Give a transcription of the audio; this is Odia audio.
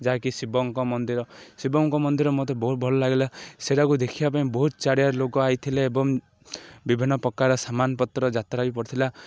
ଯାହାକି ଶିବଙ୍କ ମନ୍ଦିର ଶିବଙ୍କ ମନ୍ଦିର ମତେ ବହୁତ ଭଲ ଲାଗିଲା ସେଇଟାକୁ ଦେଖିବା ପାଇଁ ବହୁତ ଚାରିଆଡ଼ ଲୋକ ଆସିଥିଲେ ଏବଂ ବିଭିନ୍ନ ପ୍ରକାର ସାମାନପତ୍ର ଯାତ୍ରା ବି ପଡ଼ିଥିଲା